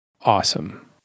Awesome